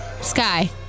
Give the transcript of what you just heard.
Sky